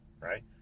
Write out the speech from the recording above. Right